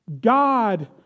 God